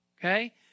Okay